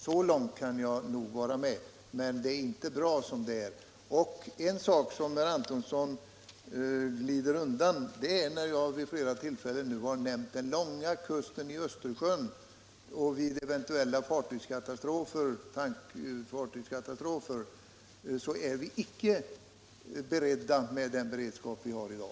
Så långt kan Nordsjön jag nog hålla med, men det är inte bra som det är nu. En sak som herr Antonsson glider undan är problemet med den långa kusten längs Östersjön, som jag har nämnt vid flera tillfällen. Vid eventuella fartygskatastrofer är den beredskap vi har i dag icke tillräcklig.